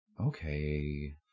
Okay